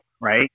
right